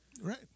right